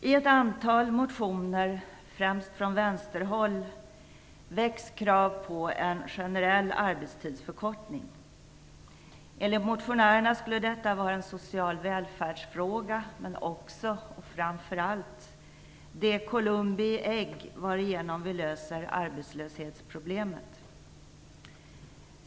I ett antal motioner, främst från vänsterhåll, väcks krav på en generell arbetstidsförkortning. Enligt motionärerna skulle detta vara en social välfärdsfråga men också - och framför allt - det Columbi ägg varigenom vi löser arbetslöshetsproblemet.